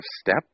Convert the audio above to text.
step